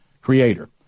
creator